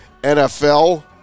NFL